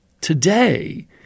today